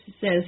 says